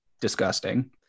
disgusting